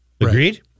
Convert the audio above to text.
Agreed